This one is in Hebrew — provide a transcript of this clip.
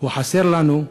הוא חסר לנו,